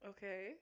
Okay